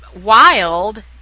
wild